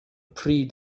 pryd